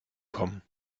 kommen